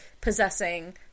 possessing